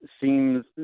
seems